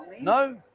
No